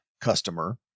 customer